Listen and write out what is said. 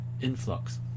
influx